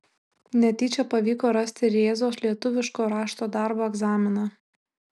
netyčia pavyko rasti rėzos lietuviško rašto darbo egzaminą